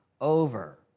over